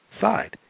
side